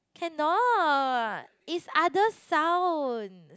cannot is other sound